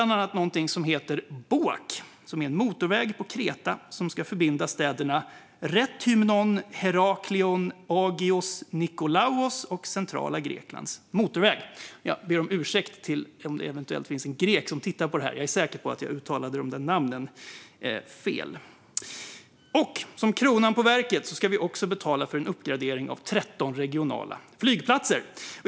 Det gäller bland annat en motorväg på Kreta som ska förbinda städerna Rethymnon, Heraklion och Agios Nikolaos - centrala Greklands motorväg. Jag ber om ursäkt om det eventuellt finns en grek som tittar på detta eftersom jag är säker på att jag uttalade namnen fel. Som kronan på verket ska vi också betala för en uppgradering av 13 regionala flygplatser.